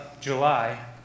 July